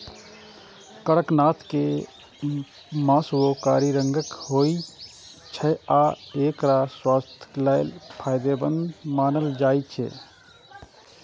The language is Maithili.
कड़कनाथ के मासुओ कारी रंगक होइ छै आ एकरा स्वास्थ्यक लेल फायदेमंद मानल जाइ छै